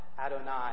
Adonai